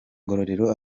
ngororero